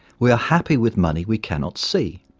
we are happy with money we cannot see.